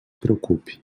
preocupe